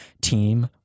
Team